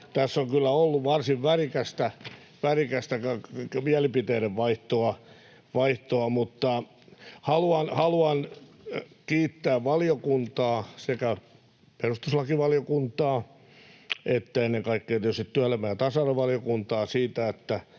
Tässä on kyllä ollut varsin värikästä mielipiteiden vaihtoa, mutta haluan kiittää valiokuntaa, sekä perustuslakivaliokuntaa että ennen kaikkea tietysti työelämä- ja tasa-arvovaliokuntaa, siitä, että